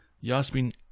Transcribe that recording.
yasmin